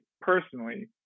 personally